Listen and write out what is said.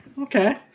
Okay